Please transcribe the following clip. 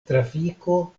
trafiko